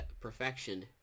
perfection